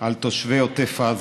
על תושבי עוטף עזה: